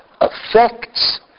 affects